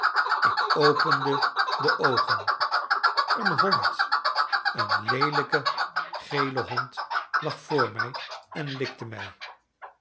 ik opende de oogen een hond een leelijke gele hond lag voor mij en likte mij